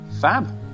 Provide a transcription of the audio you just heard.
fab